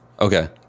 okay